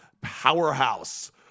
Powerhouse